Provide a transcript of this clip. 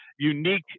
unique